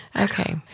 okay